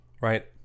right